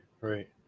Right